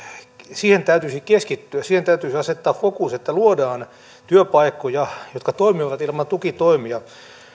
siihen täytyisi keskittyä siihen täytyisi asettaa fokus että luodaan työpaikkoja jotka toimivat ilman tukitoimia